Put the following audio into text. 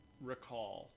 recall